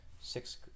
six